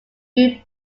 few